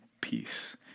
peace